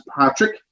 Patrick